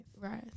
right